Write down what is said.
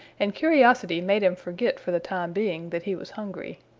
and curiosity made him forget for the time being that he was hungry.